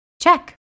Check